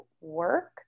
work